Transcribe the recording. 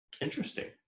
Interesting